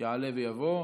יעלה ויבוא.